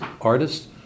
artists